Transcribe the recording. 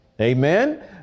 Amen